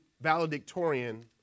valedictorian